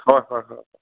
হয় হয় হয়